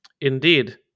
indeed